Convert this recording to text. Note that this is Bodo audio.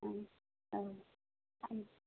औ औ